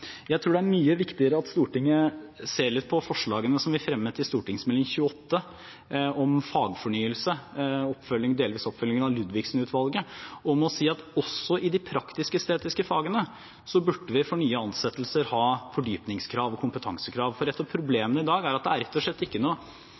Jeg tror det er mye viktigere at Stortinget ser litt på forslagene som vi fremmet i Meld. St. nr. 28, om fagfornyelse, delvis oppfølging av Ludvigsen-utvalget, og må si at også i de praktisk-estetiske fagene burde vi for nye ansettelser ha fordypningskrav og kompetansekrav, for et av